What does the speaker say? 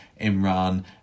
Imran